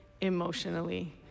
emotionally